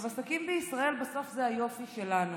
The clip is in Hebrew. עסקים בישראל זה בסוף היופי שלנו,